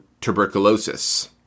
tuberculosis